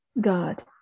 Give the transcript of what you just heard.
god